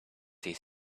his